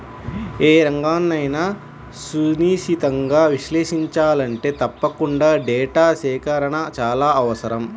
ఏ రంగన్నైనా సునిశితంగా విశ్లేషించాలంటే తప్పకుండా డేటా సేకరణ చాలా అవసరం